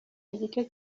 igice